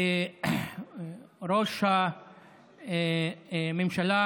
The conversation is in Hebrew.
ראש הממשלה